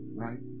right